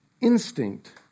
instinct